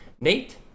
nate